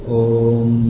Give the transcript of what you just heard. om